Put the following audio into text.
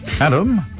Adam